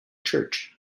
church